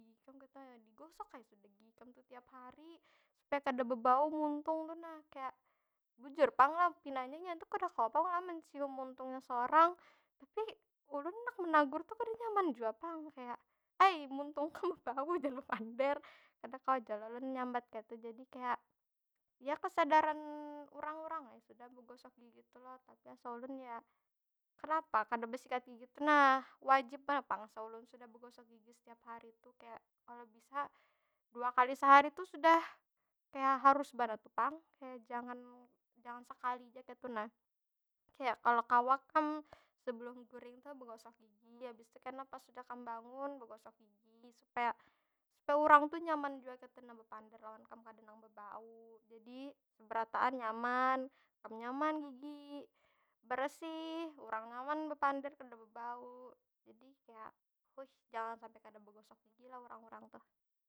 digosok ai sudah gigi kam tu tiap hari, supaya kada bebau muntung tu nah. Kaya, bujur pang lo pinanya nya tu kada kawa pang lah mencium muntungnya sorang. Tapi ulun handak menagur tu kada nyaman jua pang. Kaya, ai muntung kam bebau jangan bepander. kada kawa jua lo ulun menyambat kaytu. jadi kaya, ya kesadaran urang- urang ai sudah begosok gigi tuh lo. Tapi asa ulun ya, kenapa kada besikat gigi tu nah? Wajib banar pang asa ulun sudah begosok gigi setiap hari tu, kaya kalau bisa dua kali sehari tu sudah kaya harus banar tu pang. Kaya jangan, jangan sekali ja kaytu nah. Kaya, kalau kawa kam sebelum guring tu begosok gigi. Habis tu kena pas sudah kam bangun begosok gigi. Supaya, suapay urang tu nyaman jua kaytu nah bepander lawan kam. Kada nang bebau. Jadi berataan nyaman, kam nyaman gigi, beresih, urang nyaman bepander kada bebau. Jadi kaya, wih jangan sampai kada begosok gigi lah urang- urang tuh.